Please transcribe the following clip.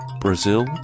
Brazil